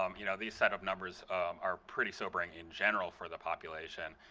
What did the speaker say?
um you know, these set of numbers are pretty sobering in general for the population